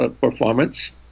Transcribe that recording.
performance